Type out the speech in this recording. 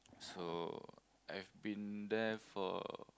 so I've been there for